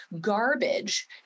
garbage